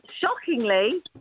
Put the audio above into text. shockingly